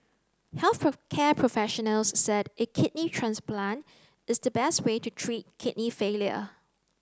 health care professionals said a kidney transplant is the best way to treat kidney failure